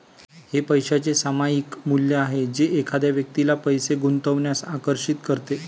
हे पैशाचे सामायिक मूल्य आहे जे एखाद्या व्यक्तीला पैसे गुंतवण्यास आकर्षित करते